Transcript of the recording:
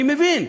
אני מבין,